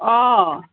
অঁ